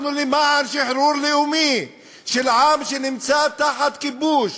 אנחנו למען שחרור לאומי של עם שנמצא תחת כיבוש.